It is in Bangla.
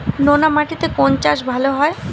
নোনা মাটিতে কোন চাষ ভালো হয়?